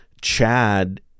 Chad